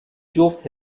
جفت